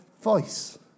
voice